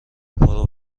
پرو